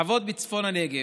החוות בצפון הנגב,